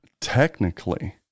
Technically